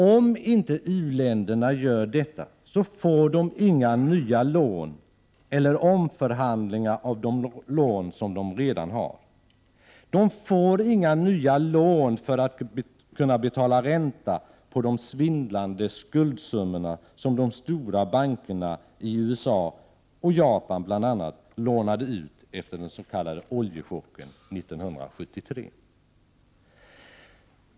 Om inte u-länderna gör detta, får de inga nya lån eller omförhandlingar av de lån som de redan har. De får inga nya lån för att kunna betala ränta på de svindlande summor som de stora bankerna i bl.a. USA och Japan lånade ut efter den s.k. oljechocken 1973.